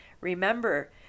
remember